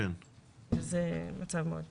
וזה מצב מאוד בעייתי.